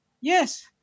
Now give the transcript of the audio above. Yes